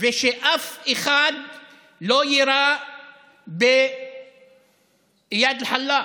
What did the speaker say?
שאף אחד לא יירה באיאד אלחלאק,